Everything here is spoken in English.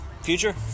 Future